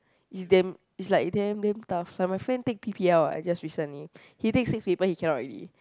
it's damn it's like damn damn tough ya my friend take p_t_L what like just recently he take six paper he cannot already